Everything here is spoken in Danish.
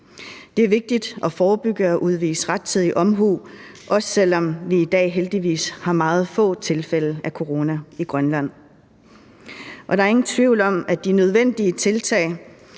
Det er vigtigt at forebygge og udvise rettidig omhu, også selv om vi i dag heldigvis har meget få tilfælde af corona i Grønland, og der er ingen tvivl om, at de nødvendige tilfælde,